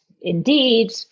indeed